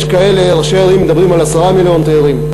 יש כאלה ראשי ערים שמדברים על 10 מיליון תיירים.